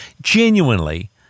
genuinely